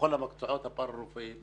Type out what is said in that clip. בכל המקצועות הפארא-רפואיים.